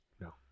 No